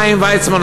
חיים ויצמן,